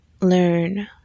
learn